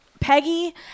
Peggy